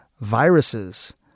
viruses